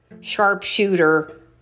sharpshooter